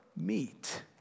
meet